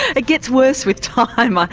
it gets worse with time, ah